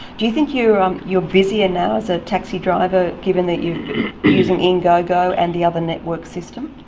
do you think you are um you are busier now as a taxi driver given that you are using ingogo and the other network system?